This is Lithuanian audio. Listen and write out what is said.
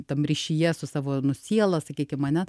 tam ryšyje su savo nu siela sakykim ane